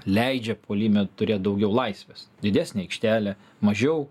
leidžia puolime turėt daugiau laisvės didesnė aikštelė mažiau